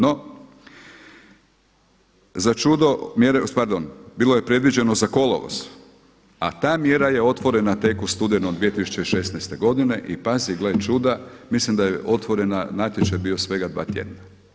No, začudo, pardon bilo je predviđeno za kolovoz a ta mjera je otvorena tek u studenom 2016. godine i pazi gle čuda mislim da je otvoren natječaj bio svega dva tjedna.